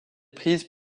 prise